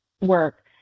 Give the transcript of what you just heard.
work